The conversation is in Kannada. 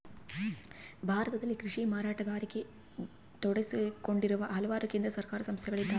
ಭಾರತದಲ್ಲಿ ಕೃಷಿ ಮಾರಾಟಗಾರಿಕೆಗ ತೊಡಗಿಸಿಕೊಂಡಿರುವ ಹಲವಾರು ಕೇಂದ್ರ ಸರ್ಕಾರದ ಸಂಸ್ಥೆಗಳಿದ್ದಾವ